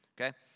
okay